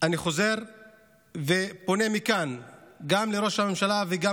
אני חוזר ופונה מכאן גם לראש הממשלה וגם